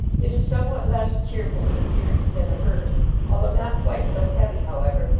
it is somewhat less cheerful in appearance than a hearse, although not quite so heavy, however,